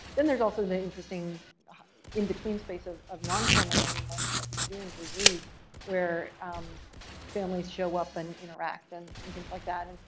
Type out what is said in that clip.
then there's also the interesting in-between space of of non-formal learning environments like museums or zoos where families show up and interact and and things like that.